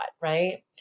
right